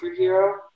superhero